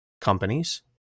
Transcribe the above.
companies